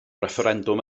refferendwm